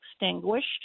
extinguished